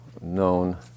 known